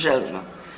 Želimo.